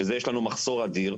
שבזה יש לנו מחסור אדיר,